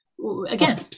again